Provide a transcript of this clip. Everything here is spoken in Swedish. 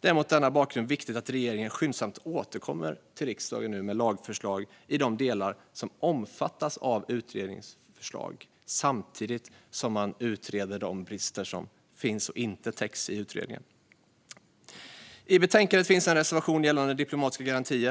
Det är mot denna bakgrund viktigt att regeringen skyndsamt återkommer till riksdagen med ett lagförslag i de delar som omfattas av utredningens förslag samtidigt som man utreder de brister som inte täcks i utredningen. I betänkandet finns en reservation gällande diplomatiska garantier.